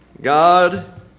God